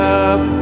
up